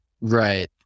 Right